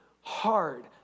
hard